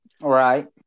Right